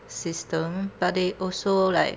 system but they also like